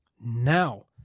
Now